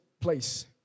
place